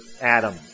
Adam